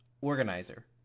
organizer